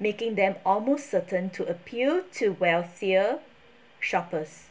making them almost certain to appeal to wealthier shoppers